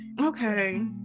okay